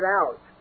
out